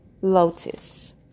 Lotus